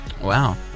Wow